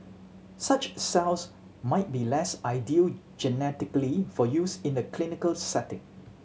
such cells might be less ideal genetically for use in the clinical setting